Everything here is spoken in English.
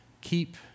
keep